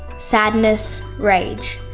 sadness. rage.